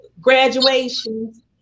graduations